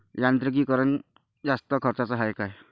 यांत्रिकीकरण जास्त खर्चाचं हाये का?